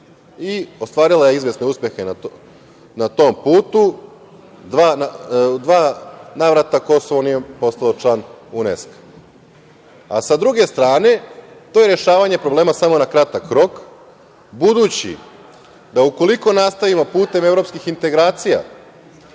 i ostvarila je izvesne uspehe na tom putu. U dva navrata Kosovo nije postolo član UNESK-a. Sa druge strane, to je rešavanje problema samo na kratak rok, budući da ukoliko nastavimo putem evropskih integracija,